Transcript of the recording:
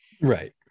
right